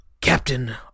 Captain